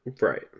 Right